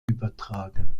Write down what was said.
übertragen